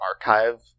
archive